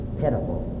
pitiful